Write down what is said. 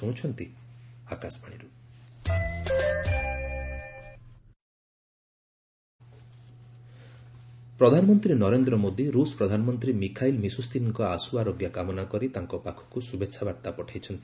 PM Modi Russian PM ପ୍ରଧାନମନ୍ତ୍ରୀ ନରେନ୍ଦ୍ର ମୋଦୀ ରୁଷ ପ୍ରଧାନମନ୍ତ୍ରୀ ମିଖାଇଲ୍ ମିଶୁ ସ୍ତିନ୍ଙ୍କ ଆଶୁଆରୋଗ୍ୟ କାମନା କରି ତାଙ୍କ ପାଖକୁ ଶୁଭେଚ୍ଛା ବାର୍ତ୍ତା ପଠାଇଛନ୍ତି